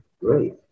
great